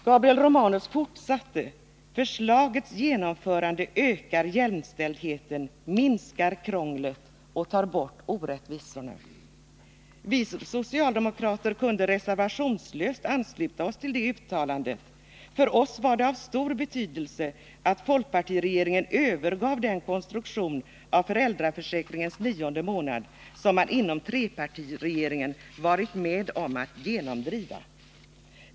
Gabriel Romanus fortsatte: ”Förslagets genomförande ökar jämställdheten, minskar krånglet och tar bort orättvisorna.” Vi socialdemokrater kunde reservationslöst ansluta oss till det uttalandet. För oss var det av stor betydelse att folkpartiregeringen övergav den konstruktion av föräldraförsäkringens nionde månad som man inom trepartiregeringen varit med om att genomdriva.